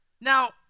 Now